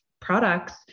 products